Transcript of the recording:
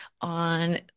on